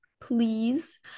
please